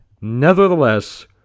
Nevertheless